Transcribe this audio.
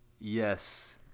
Yes